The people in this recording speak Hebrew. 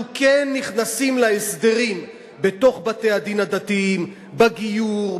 אנחנו כן נכנסים להסדרים בתוך בתי-הדין הדתיים בגיור,